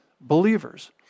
believers